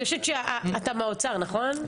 אתה מהאוצר, נכון?